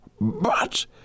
But